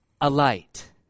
alight